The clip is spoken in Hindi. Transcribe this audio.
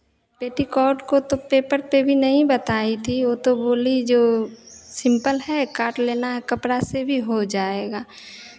पेटीकोट को तो पेपर पे भी नहीं बताई थी वो तो बोली जो सिम्पल है काट लेना कपड़ा से भी हो जाएगा